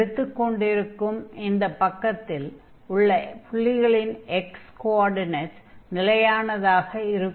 எடுத்துக் கொண்டிருக்கும் இந்தப் பக்கத்தில் உள்ள புள்ளிகளின் x கோஆர்டினேட் நிலையானதாக இருக்கும்